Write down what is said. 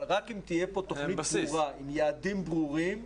אבל רק אם תהיה פה תוכנית ברורה עם יעדים ברורים,